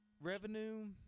revenue